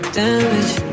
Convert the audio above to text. damage